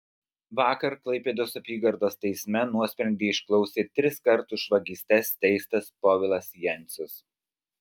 vakar klaipėdos apygardos teisme nuosprendį išklausė triskart už vagystes teistas povilas jencius